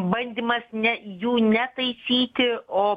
bandymas ne jų ne taisyti o